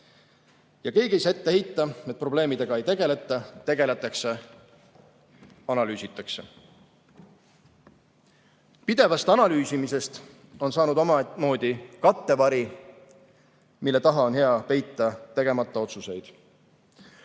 Ja keegi ei saa ette heita, et probleemidega ei tegeleta. Tegeletakse, analüüsitakse. Pidevast analüüsimisest on saanud omamoodi kattevari, mille taha on hea peita tegemata otsuseid.